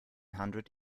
hundred